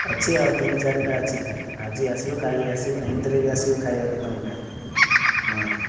ଅଛି ଆଉ ତିନି ଚାରିଟା ଅଛି କାମ ଆଜି ଆସିବୁ କାଲି ଆସିବୁ ଏମିତିରେ ବି ଆସିବୁ ଖାଇବାକୁ ତୁମ ପାଇଁ ହଁ